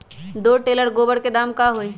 दो टेलर गोबर के दाम का होई?